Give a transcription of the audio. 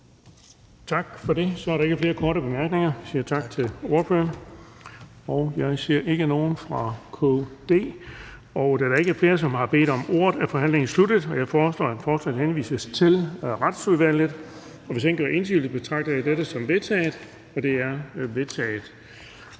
Tak for det. Der er ikke flere korte bemærkninger, så vi siger tak til ordføreren. Og jeg ser ikke nogen fra KD. Da der ikke er flere, som har bedt om ordet, er forhandlingen sluttet. Jeg foreslår, at forslaget henvises til Retsudvalget. Hvis ingen gør indsigelse, betragter jeg dette som vedtaget. Det er vedtaget.